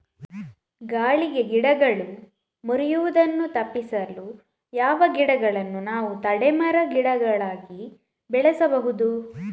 ಗಾಳಿಗೆ ಗಿಡಗಳು ಮುರಿಯುದನ್ನು ತಪಿಸಲು ಯಾವ ಗಿಡಗಳನ್ನು ನಾವು ತಡೆ ಮರ, ಗಿಡಗಳಾಗಿ ಬೆಳಸಬಹುದು?